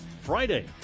Friday